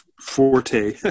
forte